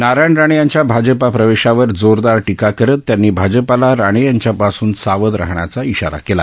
नारायण राणे यांच्या भाजपा प्रवेशावर जोरदार टीका करत त्यांनी भाजपाला राणे यांच्यापासून सावध राहण्याचा ईशारा दिला